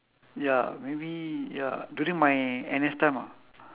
ya maybe ya during my N_S time ah